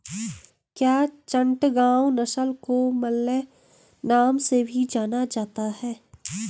क्या चटगांव नस्ल को मलय नाम से भी जाना जाता है?